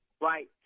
right